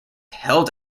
held